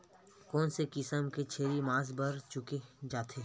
कोन से किसम के छेरी मांस बार चुने जाथे?